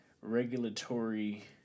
regulatory